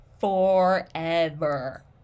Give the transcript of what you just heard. forever